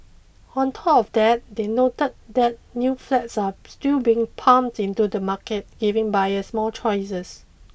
on top of that they noted that new flats are still being pumped into the market giving buyers more choices